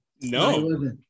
No